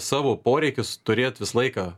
savo poreikius turėt visą laiką